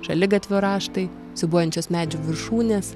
šaligatvio raštai siūbuojančios medžių viršūnės